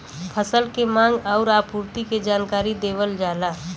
फसल के मांग आउर आपूर्ति के जानकारी देवल जाला